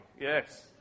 yes